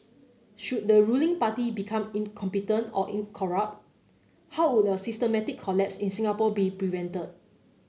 should the ruling party become incompetent or in corrupt how would a systematic collapse in Singapore be prevented